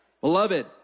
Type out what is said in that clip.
Beloved